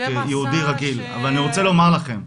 כיהודי רגיל, אבל אני רוצה לומר לכם,